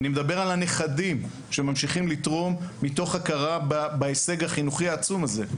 אני מדבר על הנכדים שממשיכים לתרום מתוך הכרה בהישג החינוכי העצום הזה.